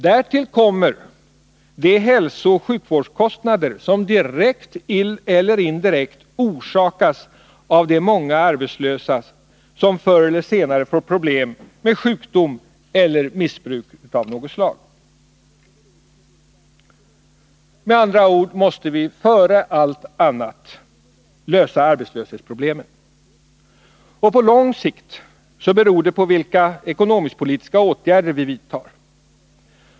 Därtill kommer de hälsooch sjukvårdskostnader som direkt eller indirekt orsakas av de många arbetslösa som förr eller senare får problem med sjukdom eller missbruk av något slag. Med andra ord måste vi före allt annat lösa arbetslöshetsproblemet. Och på lång sikt beror det på vilka ekonomisk-politiska åtgärder vi vidtar.